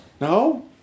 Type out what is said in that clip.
No